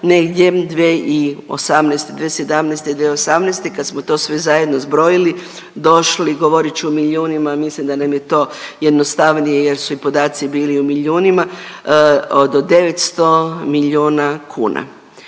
negdje 2018., 2017.-2018. kad smo to sve zajedno zbrojili došli, govorit ću u milijunima jer mislim da nam je to jednostavnije jer su i podaci bili u milijunima od 900 milijuna kuna.